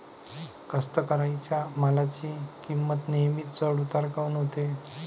कास्तकाराइच्या मालाची किंमत नेहमी चढ उतार काऊन होते?